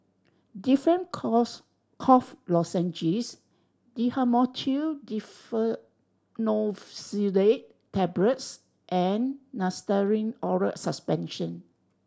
Difflam Cough Lozenges Dhamotil Diphenoxylate Tablets and Nystatin Oral Suspension